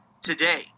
today